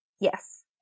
Yes